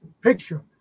picture